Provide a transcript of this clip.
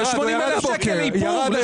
80,000 שקל לאיפור, לשטויות.